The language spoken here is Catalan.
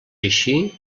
així